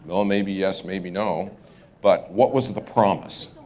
oh maybe yes, maybe no but what was the promise?